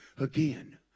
again